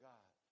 God